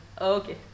Okay